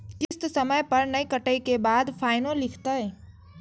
किस्त समय पर नय कटै के बाद फाइनो लिखते?